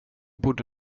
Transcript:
borde